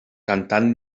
cantant